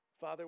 Father